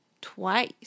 Twice